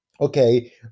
okay